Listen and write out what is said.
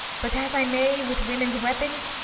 but as i may. with women's weapons,